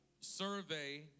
survey